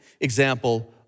example